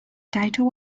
title